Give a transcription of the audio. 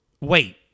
wait